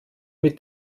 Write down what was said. mit